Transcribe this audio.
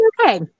Okay